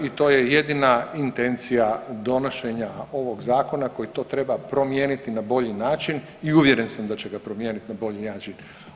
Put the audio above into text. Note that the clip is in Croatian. I to je jedina intencija donošenja ovog zakona koji to treba promijeniti na bolji način i uvjeren sam da će ga promijeniti na bolji način.